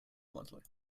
bluntly